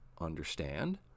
understand